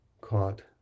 Caught